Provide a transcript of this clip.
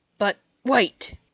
But—wait